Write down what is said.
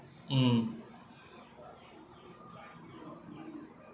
mm